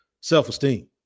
self-esteem